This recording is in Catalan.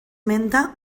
menta